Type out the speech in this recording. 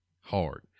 hard